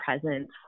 presence